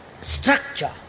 structure